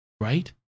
right